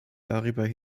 darüber